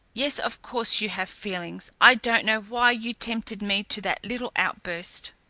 yes, of course you have feelings. i don't know why you tempted me to that little outburst.